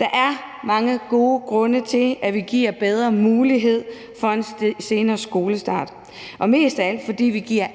Der er mange gode grunde til, at vi giver bedre mulighed for en senere skolestart, og mest af alt er det, fordi vi giver